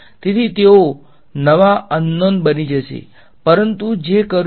તેથી તેઓ નવા અન નોન કરવામા આવ્યું છે